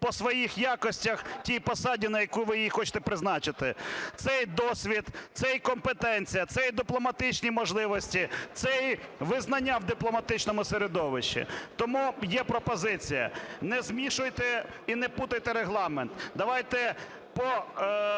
по своїх якостях тій посаді, на яку ви її хочете призначити. Це і досвід, це і компетенція, це і дипломатичні можливості, це і визнання в дипломатичному середовищі. Тому є пропозиція: не змішуйте і не плутайте Регламент. Давайте по